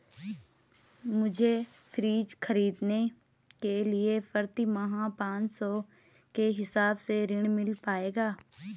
मुझे फ्रीज खरीदने के लिए प्रति माह पाँच सौ के हिसाब से ऋण मिल पाएगा?